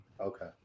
Okay